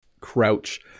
Crouch